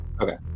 Okay